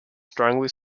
strongly